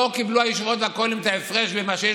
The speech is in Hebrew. הישיבות והכוללים לא קיבלו את ההפרש ממה שיש